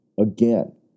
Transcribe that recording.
Again